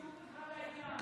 לא קשור בכלל לעניין.